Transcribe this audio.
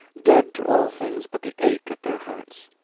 dead to all things but the ache at their hearts.